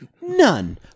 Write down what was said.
none